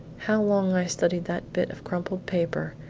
how long i studied that bit of crumpled paper,